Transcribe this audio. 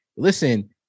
Listen